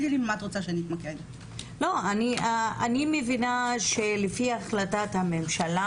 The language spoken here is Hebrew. ני מבינה שלפי החלטת הממשלה,